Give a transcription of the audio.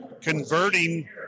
converting